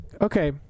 okay